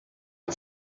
wyt